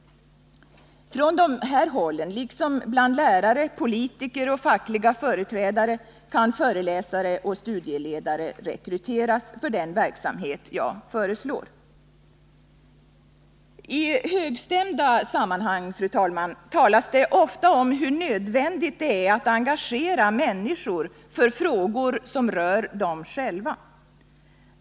Från dessa håll liksom bland lärare, politiker och fackliga företrädare kan föreläsare och studieledare rekryteras för den verksamhet jag föreslår. I högstämda sammanhang, fru talman, talas det ofta om hur nödvändigt det är att engagera människor för frågor som rör dem själva.